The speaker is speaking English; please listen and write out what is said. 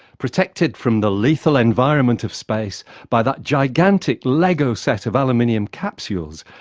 protected from the lethal environment of space by that gigantic lego set of aluminium capsules,